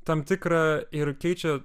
tam tikrą ir keičia